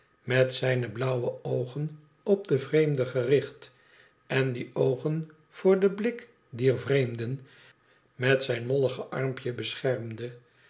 met zijne blauwe oogen op de vreemden gericht en die oogen voor den blik dier vreemden met zijn mollig armpje beschermde